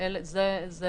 יבטלו השרים את